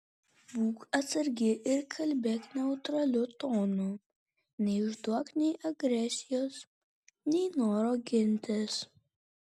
būk atsargi ir kalbėk neutraliu tonu neišduok nei agresijos nei noro gintis